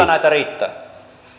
näitä riittää arvoisa